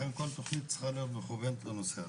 לכן כל תוכנית צריכה להיות מכוונת לנושא הזה.